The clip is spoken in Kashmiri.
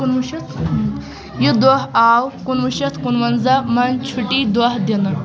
کُنوُہ شَتھ یہِ دۄہ آو کُنوُہ شَتھ کُنوَنزَہَس منٛز چھُٹی دۄہ دِنہٕ